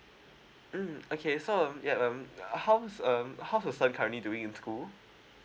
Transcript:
mm okay so um ya um how was um how was you currently doing in school